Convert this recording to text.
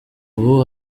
ubu